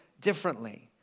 differently